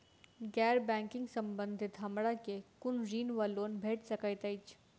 गैर बैंकिंग संबंधित हमरा केँ कुन ऋण वा लोन भेट सकैत अछि?